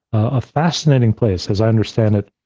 a fascinating place, as i understand it,